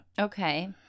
Okay